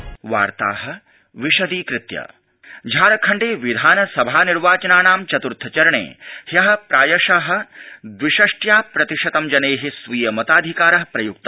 झारखंडम् निर्वाचनानि झारखंडे विधानसभा निर्वाचनानां चतुर्थ चरणे ह्य प्रायश द्विषष्ट्या प्रतिशतं जनै स्वीय मताधिकार प्रयुक्त